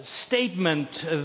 statement